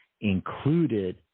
included